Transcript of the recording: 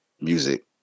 music